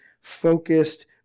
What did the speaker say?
focused